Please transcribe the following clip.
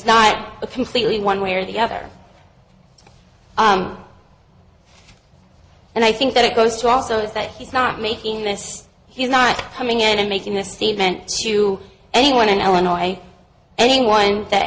a completely one way or the other and i think that it goes to also is that he's not making this he's not coming in and making a statement to anyone in illinois anyone that